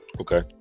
Okay